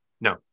No